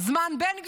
זמן בן גביר.